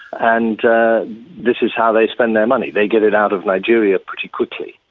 and this is how they spend their money. they get it out of nigeria pretty quickly.